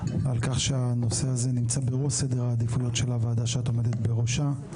על כך שהנושא הזה נמצא בראש סדר העדיפויות של הוועדה שאת עומדת בראשה,